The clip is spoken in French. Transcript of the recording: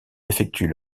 effectuent